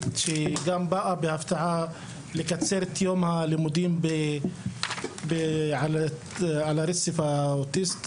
שגם באה בהפתעה לקצר את יום הלימודים על הרצף האוטיסטי.